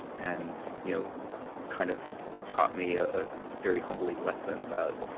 and you know kind of taught me a very humbling lesson about